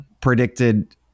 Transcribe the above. predicted